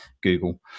Google